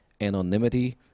anonymity